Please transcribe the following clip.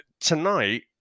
tonight